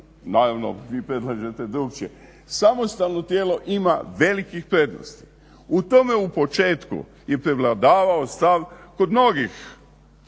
naravno vi predlažete drukčije, samostalno tijelo ima velikih prednosti. U tome u početku je prevladavao stav kod mnogih